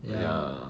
ya